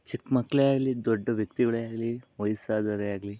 ಚಿಕ್ಕಮಕ್ಳೆ ಆಗಲೀ ದೊಡ್ಡ ವ್ಯಕ್ತಿಗಳೇ ಆಗಲೀ ವಯಸ್ಸಾದವ್ರೇ ಆಗಲೀ